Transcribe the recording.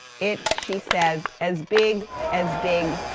it, she says, as big, as big,